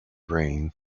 brain